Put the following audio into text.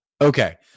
Okay